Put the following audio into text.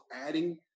adding